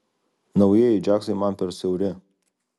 naujieji džiaksai man per siauri